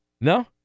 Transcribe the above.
No